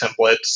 templates